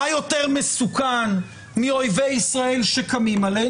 מה יותר מסוכן מאויבי ישראל שקמים עלינו,